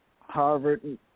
Harvard